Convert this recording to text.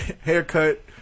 Haircut